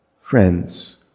friends